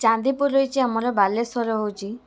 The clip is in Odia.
ଚାନ୍ଦିପୁର ରହିଛି ଆମର ବାଲେଶ୍ୱର ହେଉଛି